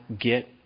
get